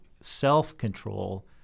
Self-control